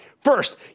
First